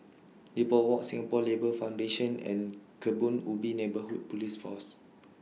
Depot Walk Singapore Labour Foundation and Kebun Ubi Neighbourhood Police Foss